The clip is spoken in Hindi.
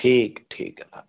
ठीक है ठीक है